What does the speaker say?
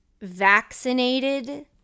vaccinated